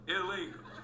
illegal